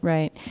Right